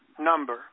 number